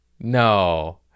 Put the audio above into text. No